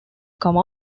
come